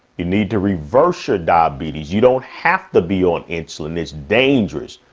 you need to reverse your diabetes. you don't have to be on insulin. it's dangerous.